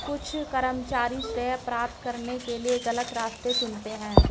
कुछ कर्मचारी श्रेय प्राप्त करने के लिए गलत रास्ते चुनते हैं